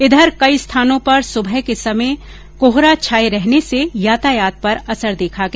इधर कई स्थानों पर सुबह के समय कोहरा छाए रहने से यातायात पर असर देखा गया